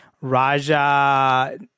Raja